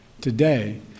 today